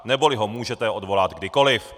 Neboli ho můžete odvolat kdykoli.